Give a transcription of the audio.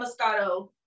Moscato